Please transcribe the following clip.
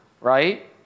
right